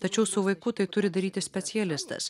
tačiau su vaiku tai turi daryti specialistas